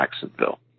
Jacksonville